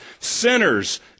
Sinners